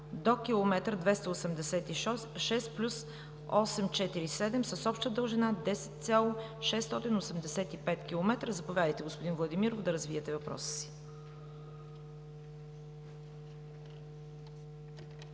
до км 286+847, с обща дължина 10,685 км. Заповядайте, господин Владимиров, да развиете въпроса си.